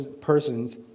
persons